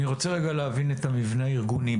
אני רוצה להבין את המבנה הארגוני.